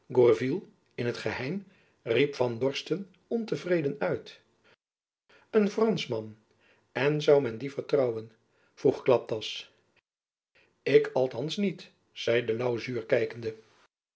in t geheim riep van dorsten ontevreden uit een franschman en zoû men dien vertrouwen vroeg klaptas ik althands niet zei louw zuur kijkende